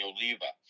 Oliva